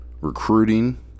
recruiting